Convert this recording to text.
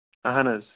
اَہَن حظ